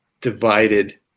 divided